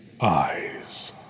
eyes